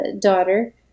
daughter